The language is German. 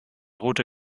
route